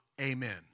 amen